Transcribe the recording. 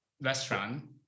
restaurant